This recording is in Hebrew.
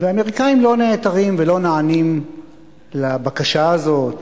האמריקנים לא נעתרים ולא נענים לבקשה הזאת,